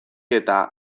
eta